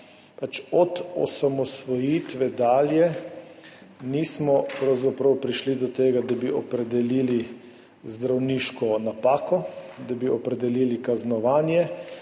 da od osamosvojitve dalje pravzaprav nismo prišli do tega, da bi opredelili zdravniško napako, da bi opredelili kaznovanje,